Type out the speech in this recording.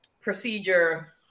procedure